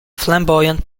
flamboyant